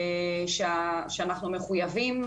שאנחנו מחוייבים,